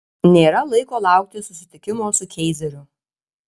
nėra laiko laukti susitikimo su keizeriu